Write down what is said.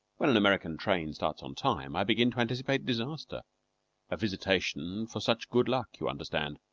when an american train starts on time i begin to anticipate disaster a visitation for such good luck, you understand.